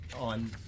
on